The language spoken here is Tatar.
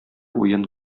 уен